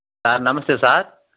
sir నమస్తే sir